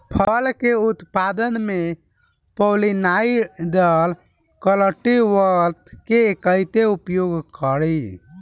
फल के उत्पादन मे पॉलिनाइजर कल्टीवर्स के कइसे प्रयोग करी?